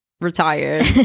Retired